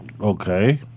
Okay